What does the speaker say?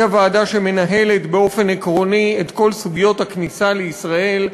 היא הוועדה שמנהלת באופן עקרוני את כל סוגיות הכניסה לישראל.